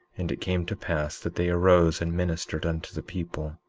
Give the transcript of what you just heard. and it came to pass that they arose and ministered unto the people.